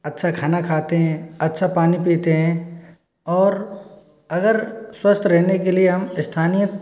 अच्छा खाना खाते हैं अच्छा पानी पीते हैं और अगर स्वस्थ रहने के लिए हम स्थानीय